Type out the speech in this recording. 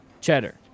Cheddar